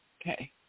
Okay